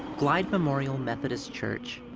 glide memorial methodist church,